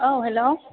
औ हेल'